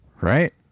Right